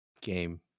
game